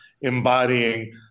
embodying